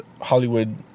Hollywood